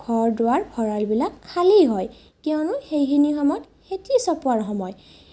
ঘৰ দুৱাৰ ভঁৰালবিলাক খালী হয় কিয়নো সেইখিনি সময়ত খেতি চপোৱাৰ সময়